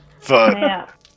Fuck